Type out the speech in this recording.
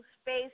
space